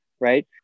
right